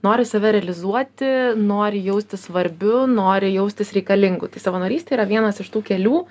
nori save realizuoti nori jaustis svarbiu nori jaustis reikalingu tai savanorystė yra vienas iš tų kelių